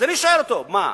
אז אני שואל אותו: מה,